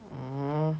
orh